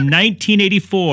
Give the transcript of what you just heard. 1984